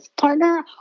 partner